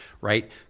right